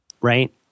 right